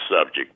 subject